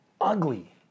ugly